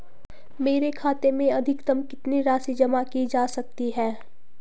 मेरे खाते में अधिकतम कितनी राशि जमा की जा सकती है?